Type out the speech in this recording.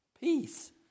peace